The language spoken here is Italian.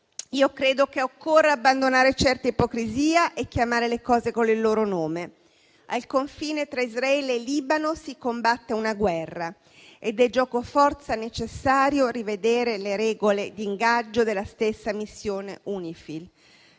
io credo che occorra abbandonare certa ipocrisia e chiamare le cose con il loro nome. Al confine tra Israele e Libano si combatte una guerra, ed è giocoforza necessario rivedere le regole di ingaggio della stessa missione UNIFIL;